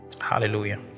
hallelujah